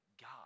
God